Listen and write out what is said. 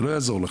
זה לא יעזור לך.